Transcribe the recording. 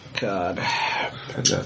God